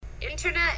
Internet